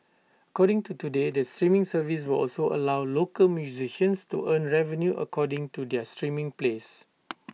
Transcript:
according to today the streaming service will also allow local musicians to earn revenue according to their streaming plays